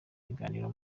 ikiganiro